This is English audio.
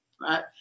right